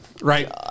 Right